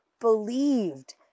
believed